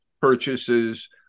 purchases